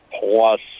plus